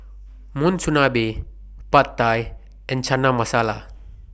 Monsunabe Pad Thai and Chana Masala